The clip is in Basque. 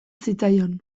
zitzaion